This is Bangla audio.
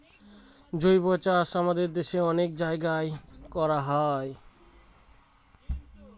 জৈবচাষ আমাদের দেশে অনেক জায়গায় করা হয়